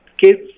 kids